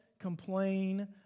complain